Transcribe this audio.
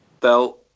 tell